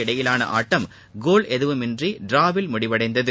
இடையேயான ஆட்டம் கோல் எதுவுமின்றி டிராவில் முடிவடைந்தது